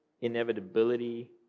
inevitability